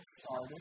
started